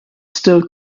still